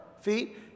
feet